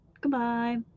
Goodbye